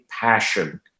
passion